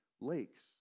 lakes